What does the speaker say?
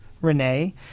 Renee